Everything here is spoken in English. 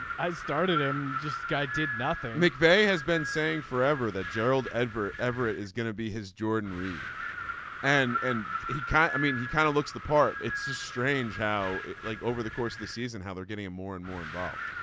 i started him just guy did nothing. mcveigh has been saying forever that gerald ever ever it is gonna be his jordan reed and and he can't. i mean he kind of looks the part. it's just strange how like over the course of the season how they're getting more and more involved.